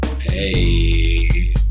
Hey